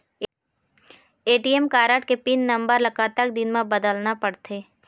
ATM card के PIN number ला कतक दिन म बदलना पड़थे?